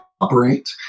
operate